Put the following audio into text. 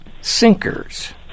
sinkers